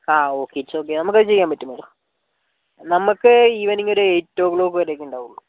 ആ okay it's okay നമുക്കത് ചെയ്യാൻ പറ്റും മേഡം നമുക്ക് ഈവെനിംഗ് ഒരു എയിറ്റ് ഒ ക്ലോക്ക് വരെയൊക്കെ ഉണ്ടാവുള്ളൂ